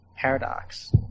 paradox